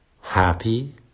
happy